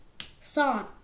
Son